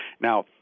Now